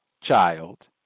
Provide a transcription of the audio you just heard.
child